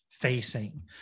facing